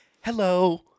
hello